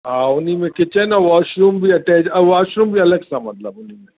हा उन में किचिन ऐं वाशरूम बि अटैच अऊं वाशरूम बि अलॻि सां मतिलबु उन में